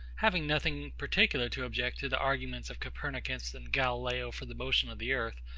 having nothing particular to object to the arguments of copernicus and galileo for the motion of the earth,